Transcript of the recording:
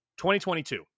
2022